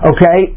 Okay